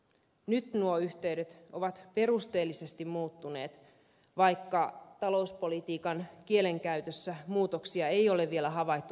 nyt nuo yhteydet ovat perusteellisesti muuttuneet vaikka talouspolitiikan kielenkäytössä muutoksia ei ole vielä havaittu tapahtuneeksi